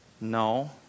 No